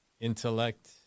intellect